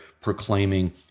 proclaiming